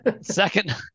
Second